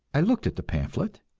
i looked at the pamphlet,